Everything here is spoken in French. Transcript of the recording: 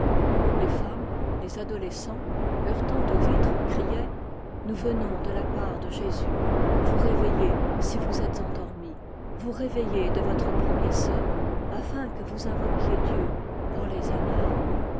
les femmes les adolescents heurtant aux vitres criaient nous venons de la part de jésus vous réveiller si vous êtes endormis vous réveiller de votre premier somme afin que vous invoquiez dieu pour les anaôn